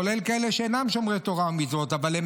כולל כאלה שאינם שומרי תורה ומצוות אבל הם